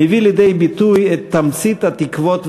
מביא לידי ביטוי את תמצית התקוות והגעגועים.